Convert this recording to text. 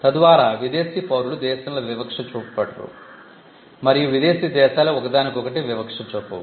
తద్వారా విదేశీ పౌరులు దేశంలో వివక్ష చూపబడరు మరియు విదేశీ దేశాలు ఒకదానికొకటి వివక్ష చూపవు